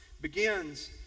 begins